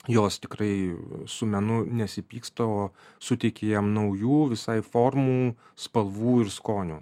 jos tikrai su menu nesipykst o suteikia jam naujų visai formų spalvų ir skonių